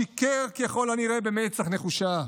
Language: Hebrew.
שיקר, ככל הנראה, במצח נחושה.